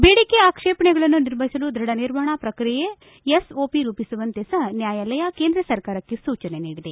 ಬೇಡಿಕೆ ಆಕ್ಷೇಪಣೆಗಳನ್ನು ನಿರ್ವಹಿಸಲು ದೃಢ ನಿರ್ವಹಣಾ ಪ್ರಕ್ರಿಯೆ ಎಸ್ಒಪಿ ರೂಪಿಸುವಂತೆ ಸಹ ನ್ವಾಯಾಲಯ ಕೇಂದ್ರ ಸರ್ಕಾರಕ್ಕೆ ಸೂಚನೆ ನೀಡಿದೆ